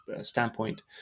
standpoint